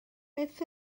beth